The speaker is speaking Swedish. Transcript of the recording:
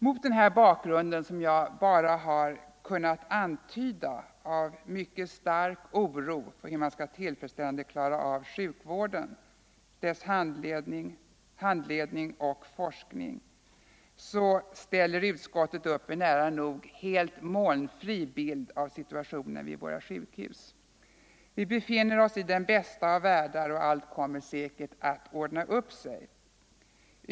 Mot denna bakgrund, som jag bara har kunnat antyda, av mycket stark oro för hur man tillfredsställande skall kunna klara av sjukvård, handledning och kanske även forskning ställer utskottet upp en nära nog helt molnfri bild av situationen vid våra sjukhus: Vi befinner oss i den bästa av världar, och allt kommer säkert att ordna upp sig.